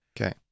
Okay